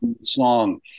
song